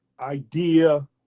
idea